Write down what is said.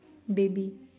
baby